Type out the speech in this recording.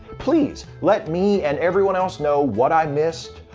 please let me and everyone else know what i missed,